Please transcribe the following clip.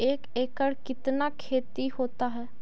एक एकड़ कितना खेति होता है?